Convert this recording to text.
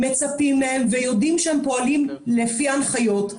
מצפים מהם ויודעים שהם פועלים לפי ההנחיות.